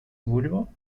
woluwe